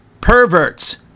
perverts